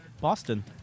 Boston